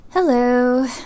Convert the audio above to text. Hello